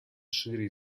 шире